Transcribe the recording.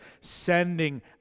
sending